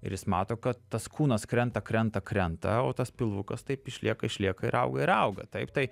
ir jis mato kad tas kūnas krenta krenta krenta o tas pilvukas taip išlieka išlieka ir auga ir auga taip tai